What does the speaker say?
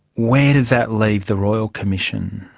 where does that leave the royal commission?